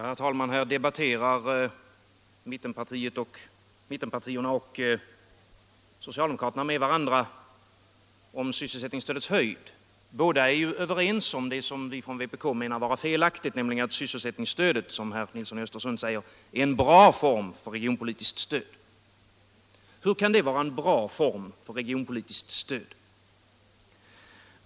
Herr talman! Här debatterar mittenpartierna och socialdemokraterna med varandra om sysselsättningsstödets storlek. De är överens om det som vi från vpk menar vara felaktigt, nämligen att sysselsättningsstödet, som herr Nilsson i Östersund säger, är en bra form för regionalpolitiskt stöd. Hur kan det vara en bra form för regionalpolitiskt stöd?